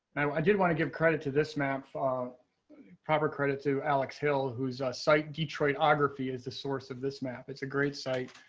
i did want to give credit to this map for proper credit to alex hill, who's site detroit geography is the source of this map. it's a great site.